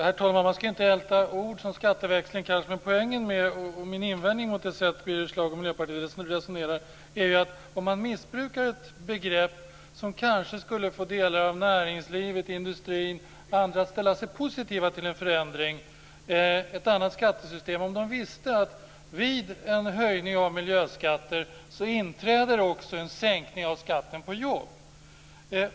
Herr talman! Man ska inte älta ord som skatteväxling. Men min invändning riktar sig mot det sätt Birger Schlaug och Miljöpartiet resonerar på. Man missbrukar ett begrepp som kanske skulle få delar av näringslivet, industrin och andra att ställa sig positiva till en förändring, ett annat skattesystem, om de visste att vid en höjning av miljöskatter inträder också en sänkning av skatten på jobb.